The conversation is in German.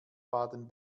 baden